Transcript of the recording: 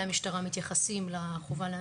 ואולם מבדיקת משרדנו עלה כי 66% מהבקשות למינוי